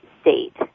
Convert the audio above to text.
state